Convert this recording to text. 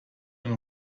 ein